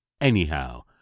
Anyhow